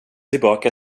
tillbaka